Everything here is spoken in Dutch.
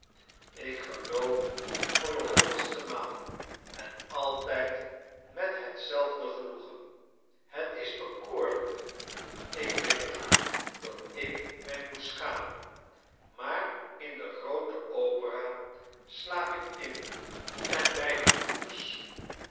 ik geloof voor de honderdste maal en altijd met hetzelfde genoegen het is bekoorlijk ik weet dat ik mij moet schamen maar in de groote opera slaap ik in en bij de